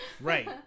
right